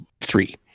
three